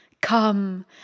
Come